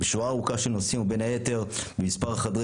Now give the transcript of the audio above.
בשורה ארוכה של נושאים ובין היתר מספר חדרי